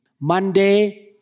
Monday